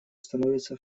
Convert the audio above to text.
становится